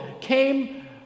came